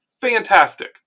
fantastic